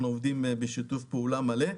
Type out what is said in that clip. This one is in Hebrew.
אנחנו עובדים בשיתוף פעולה מלא.